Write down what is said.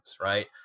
Right